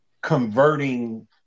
converting